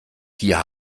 hier